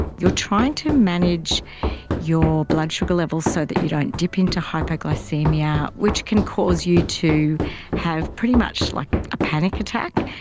you're trying to manage your blood sugar level so that you don't dip into hypoglycaemia, which can cause you to have pretty much like a panic attack.